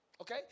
Okay